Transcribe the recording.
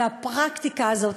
והפרקטיקה הזאת,